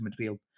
midfield